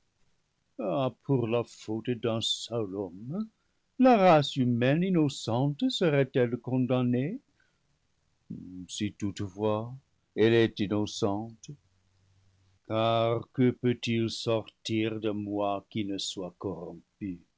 pour la faute d'un seul homme la race humaine innocente serait-elle condamnée si toutefois elle est innocente car que peut-il sortir de moi qui ne soit corrompu